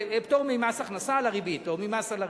פטור ממס הכנסה על הריבית או ממס על הריבית.